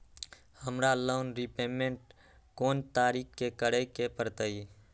हमरा loan repayment कोन तारीख के करे के परतई?